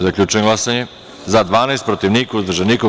Zaključujem glasanje: za – 12, protiv – niko, uzdržan – niko.